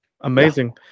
Amazing